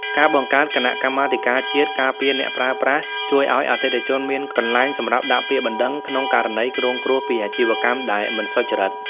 ការបង្កើតគណៈកម្មាធិការជាតិការពារអ្នកប្រើប្រាស់ ជួយឱ្យអតិថិជនមានកន្លែងសម្រាប់ដាក់ពាក្យបណ្ដឹងក្នុងករណីរងគ្រោះពីអាជីវកម្មដែលមិនសុចរិត។